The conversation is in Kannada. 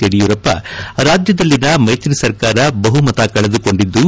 ಯಡಿಯೂರಪ್ಪ ರಾಜ್ಯದಲ್ಲಿನ ಮೈತ್ರಿ ಸರ್ಕಾರ ಬಹುಮತ ಕಳೆದುಕೊಂಡಿದ್ದು